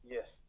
Yes